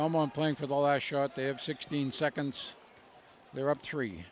i'm on playing for the last shot they have sixteen seconds they're up three